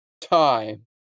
time